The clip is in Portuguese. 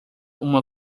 uma